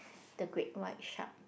the great white shark